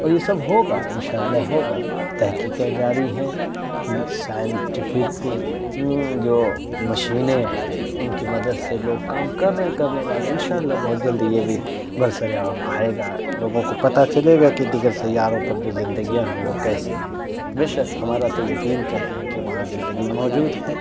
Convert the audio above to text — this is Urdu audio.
اور یہ سب ہوگا ان شااللہ ہوگا تحقیقیں جاری ہیں سائنٹفک جو مشینیں ہیں ان کی مدد سے لوگ کام کر رہے ہیں کرنے والے ان شااللہ بہت جلد یہ بھی برسرعام آئے گا لوگوں کو پتا چلے گا کہ دیگر سیاروں پر جو زندگیاں ہیں وہ کیسی ہیں بیشک ہمارا تو یقین کہتا ہے کہ وہاں زندگی موجود ہے